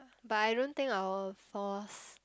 but I don't think I will force